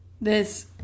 this-